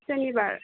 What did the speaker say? सुनिबार